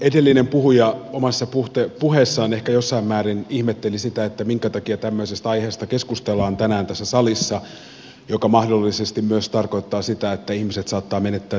edellinen puhuja omassa puheessaan ehkä jossain määrin ihmetteli sitä minkä takia tämmöisestä aiheesta keskustellaan tänään tässä salissa mikä mahdollisesti myös tarkoittaa sitä että ihmiset saattavat menettää työpaikkoja